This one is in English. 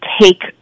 take